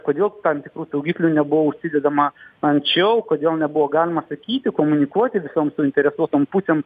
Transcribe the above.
kodėl tam tikrų saugiklių nebuvo užsidedama anksčiau kodėl nebuvo galima sakyti komunikuoti visom suinteresuotom pusėm